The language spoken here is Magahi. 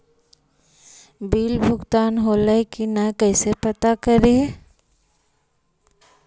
बिल भुगतान होले की न कैसे पता करी?